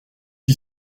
qui